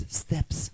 steps